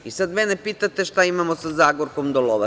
Vi, sad mene pitate šta imamo sa Zagorkom Dolovac.